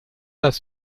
das